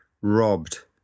robbed